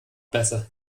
bässe